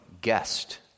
guest